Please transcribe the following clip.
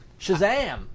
Shazam